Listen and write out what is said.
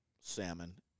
salmon